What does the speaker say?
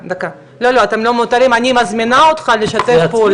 לא, אתם לא מיותרים, אני מזמינה אותך לשתף פעולה.